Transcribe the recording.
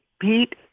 Pete